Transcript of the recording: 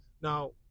Now